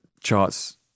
charts